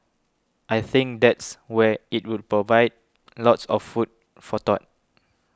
I think that's where it will provide lots of food for thought